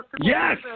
Yes